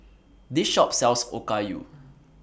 This Shop sells Okayu